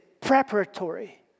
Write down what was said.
preparatory